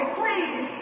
please